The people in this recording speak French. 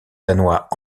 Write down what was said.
danois